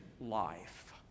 life